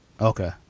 Okay